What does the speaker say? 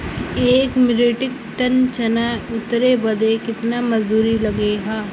एक metric ton चना उतारे बदे कितना मजदूरी लगे ला?